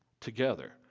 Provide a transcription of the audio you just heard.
together